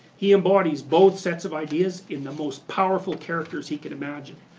he embodies both sets of ideas in the most powerful characters he can imagine.